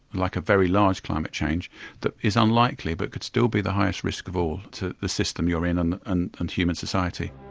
like a very large climate change that is unlikely but could still the highest risk of all to the system you are in and and and human society.